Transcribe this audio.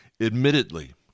Admittedly